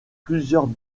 plusieurs